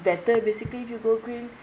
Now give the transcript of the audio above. better basically if you go green